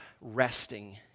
resting